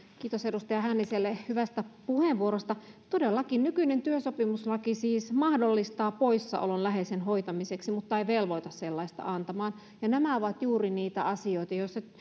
kiitos edustaja hänniselle hyvästä puheenvuorosta todellakin nykyinen työsopimuslaki siis mahdollistaa poissaolon läheisen hoitamiseksi mutta ei velvoita sellaista antamaan ja nämä ovat juuri niitä asioita